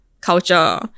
culture